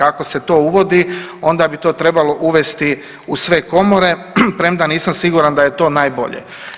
Ako se to uvodi onda bi to trebalo uvesti u sve komore premda nisam siguran da je to najbolje.